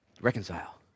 reconcile